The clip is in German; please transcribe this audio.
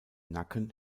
nacken